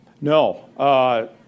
No